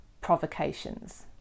provocations